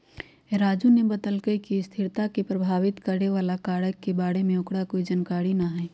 राजूवा ने बतल कई कि स्थिरता के प्रभावित करे वाला कारक के बारे में ओकरा कोई जानकारी ना हई